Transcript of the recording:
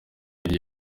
yari